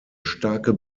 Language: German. starke